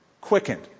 Quickened